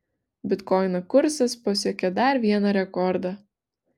bitkoino kursas pasiekė dar vieną rekordą